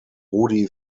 rudi